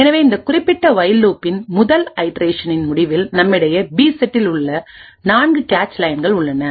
எனவே இந்த குறிப்பிட்ட ஒயில் லூப்பின்முதல் ஐட்ரேஷனின் முடிவில் நம்மிடையே பி செட்டில் உள்ளநான்கு கேச் லைன்கள் உள்ளன